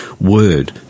word